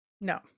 no